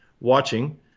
watching